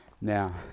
now